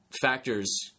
factors